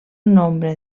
nombre